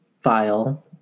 file